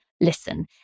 listen